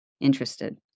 interested